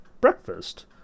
breakfast